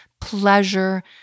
pleasure